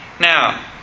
Now